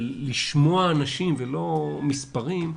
של לשמוע אנשים ולא מספרים,